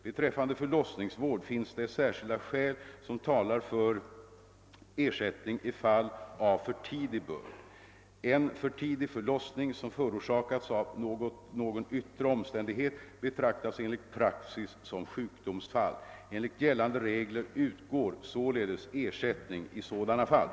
Beträffande förlossningsvård finns det särskilda skäl som talar för ersättning i fall av för tidig börd. En för tidig förlossning som förorsakats av någon yttre omständighet betraktas enligt praxis som sjukdomsfall. Enligt gällande regler utgår således ersättning i sådana fall.